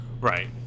Right